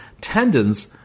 tendons